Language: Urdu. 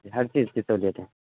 ہر چیز کی سہولت ہے